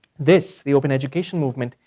this, the open education movement,